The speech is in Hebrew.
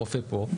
הרופא פה,